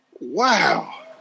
Wow